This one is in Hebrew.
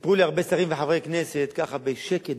סיפרו לי הרבה שרים וחברי כנסת ככה בשקט,